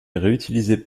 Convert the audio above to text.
réutilisées